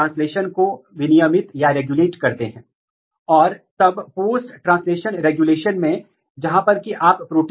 फिर दूसरी बात यह है कि अगर वे आनुवंशिक रूप से परस्पर इंटरेक्ट कर रहे हैं तो क्या वे शारीरिक रूप से भी इंटरेक्ट कर रहे हैं